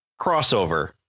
crossover